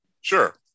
Sure